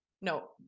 no